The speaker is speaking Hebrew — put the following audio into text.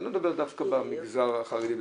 אני לא מדבר דווקא במגזר החרדי,